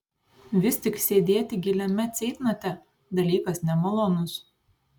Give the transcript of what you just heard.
vis tik sėdėti giliame ceitnote dalykas nemalonus